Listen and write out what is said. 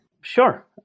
Sure